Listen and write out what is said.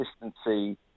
consistency